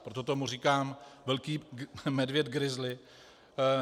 Proto tomu říkám velký medvěd grizzly.